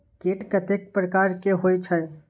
कीट कतेक प्रकार के होई छै?